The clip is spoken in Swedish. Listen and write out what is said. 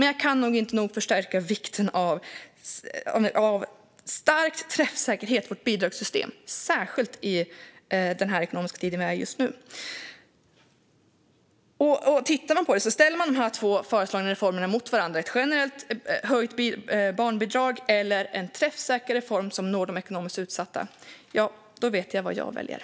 Jag kan dock inte nog understryka vikten av stark träffsäkerhet i våra bidragssystem, särskilt i den ekonomiska tid vi är i just nu. Jag vet vad jag väljer om man ställer de två föreslagna reformerna - ett generellt höjt barnbidrag eller en träffsäker reform som når de ekonomiskt mest utsatta - mot varandra.